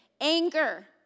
anger